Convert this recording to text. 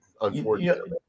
unfortunately